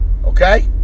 Okay